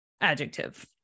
adjective